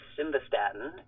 Simvastatin